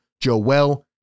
Joel